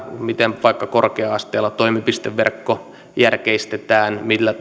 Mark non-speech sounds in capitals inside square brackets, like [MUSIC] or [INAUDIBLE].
miten vaikka korkea asteella toimipisteverkko järkeistetään millä [UNINTELLIGIBLE]